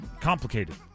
complicated